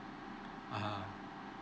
(uh huh)